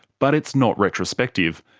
but it's not retrospective,